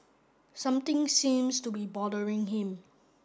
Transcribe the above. something seems to be bothering him